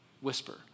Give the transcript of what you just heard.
whisper